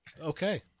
Okay